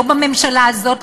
לא בממשלה הזאת,